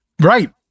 Right